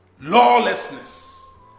lawlessness